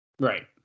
Right